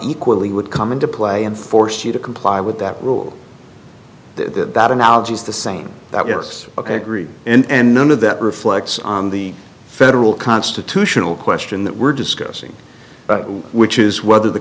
equally would come into play and force you to comply with that rule that analogy is the same that yes agreed and none of that reflects on the federal constitutional question that we're discussing but which is whether the